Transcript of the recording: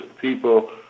people